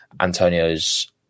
Antonio's